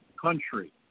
country